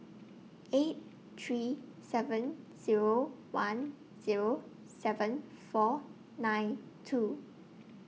eight three seven Zero one Zero seven four nine two